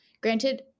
Granted